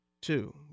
two